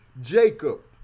Jacob